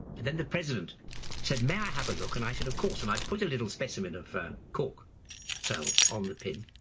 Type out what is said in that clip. then the president said, may i have a look? and i said of course and i put a little specimen of cork cells on the pin.